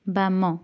ବାମ